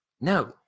No